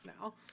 now